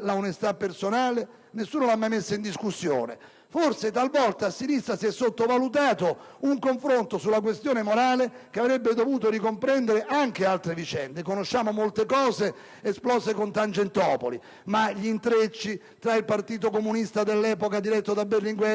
l'onestà personale nessuno li ha mai messi in discussione. Forse, talvolta a sinistra si è sottovalutato un confronto sulla questione morale che avrebbe dovuto ricomprendere anche altre vicende. Conosciamo molte questioni esplose con Tangentopoli, ma gli intrecci tra il Partito Comunista dell'epoca, diretto da Berlinguer,